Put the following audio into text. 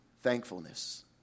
thankfulness